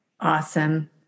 Awesome